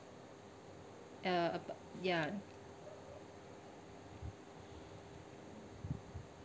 uh ya